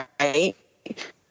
right